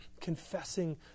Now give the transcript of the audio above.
confessing